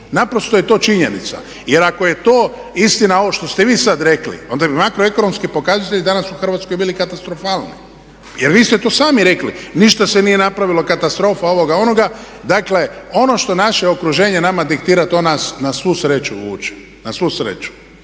naprosto je to činjenica. Jer ako je to istina ovo što ste vi sad rekli, onda bi makroekonomski pokazatelji danas u Hrvatskoj bili katastrofalni, jer vi ste to sami rekli. Ništa se nije napravilo, katastrofa ovoga, onoga. Dakle, ono što naše okruženje nama diktira to nas na svu sreću vuče, na svu sreću.